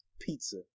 pizza